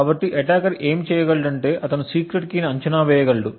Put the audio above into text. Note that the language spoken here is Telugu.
కాబట్టి అటాకర్ ఏమి చేయగలడు అంటే అతను సీక్రెట్ కీ ను అంచనా వేయగలడు